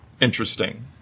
interesting